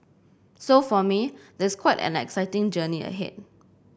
so for me there's quite an exciting journey ahead